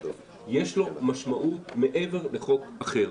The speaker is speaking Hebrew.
יש לו משמעות מעבר לחוק אחר.